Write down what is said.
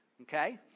okay